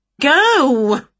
Go